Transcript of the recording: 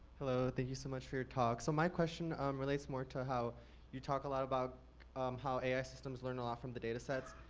hello, thank you so much for your talk. so my question relates more to how you talk a lot about how ai systems learn a lot from the data sets.